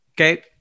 Okay